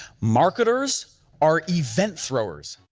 marketers are event throwers.